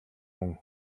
хүн